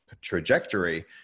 trajectory